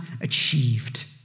achieved